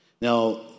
Now